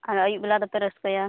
ᱟᱨ ᱟᱹᱭᱩᱵ ᱵᱮᱞᱟ ᱫᱚᱯᱮ ᱨᱟᱹᱥᱠᱟᱹᱭᱟ